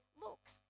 looks